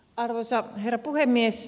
arvoisa herra puhemies